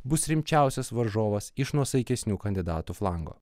bus rimčiausias varžovas iš nuosaikesnių kandidatų flango